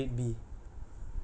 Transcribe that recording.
mmhmm